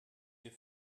wir